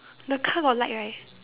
the car got light right